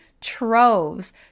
troves